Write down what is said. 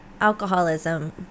alcoholism